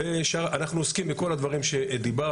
אנחנו עוסקים בכל הדברים שהזכרת,